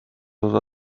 osa